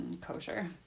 Kosher